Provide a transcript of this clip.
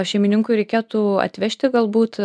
šeimininkui reikėtų atvežti galbūt